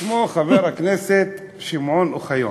שמו חבר הכנסת שמעון אוחיון.